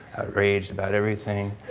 outraged about everything.